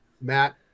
Matt